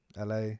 LA